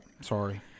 Sorry